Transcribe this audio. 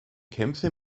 kämpfe